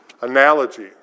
analogy